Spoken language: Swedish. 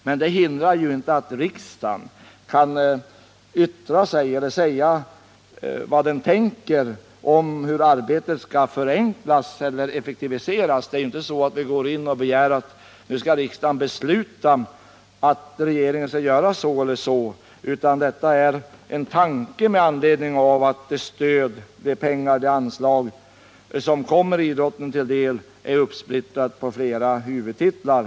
Men det hindrar inte att riksdagen kan säga vad den tänker om hur arbetet skall förenklas eller effektiviseras. Det är ju inte så att vi går in och begär att nu skall riksdagen besluta att regeringen skall göra så eller så, utan detta är en tanke med anledning av att det anslag som kommer idrotten till del är uppsplittrat på flera huvudtitlar.